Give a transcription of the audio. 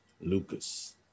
Lucas